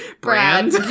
brand